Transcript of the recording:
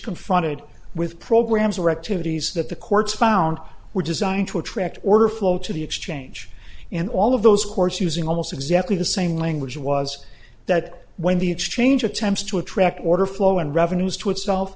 confronted with programs or activities that the courts found were designed to attract order flow to the exchange and all of those course using almost exactly the same language was that when the exchange attempts to attract order flow and revenues to itself